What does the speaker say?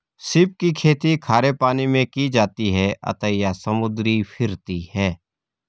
सीप की खेती खारे पानी मैं की जाती है अतः यह समुद्री फिरती है